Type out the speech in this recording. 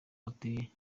ateye